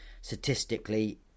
Statistically